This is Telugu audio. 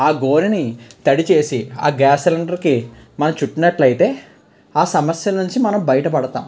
ఆ గోనని తడి చేసి ఆ గ్యాస్ సిలిండర్కి మనం చుట్టినట్లైతే ఆ సమస్య నుంచి మనం బయట పడతాం